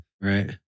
Right